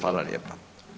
Hvala lijepa.